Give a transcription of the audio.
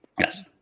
Yes